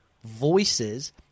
voices